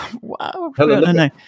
wow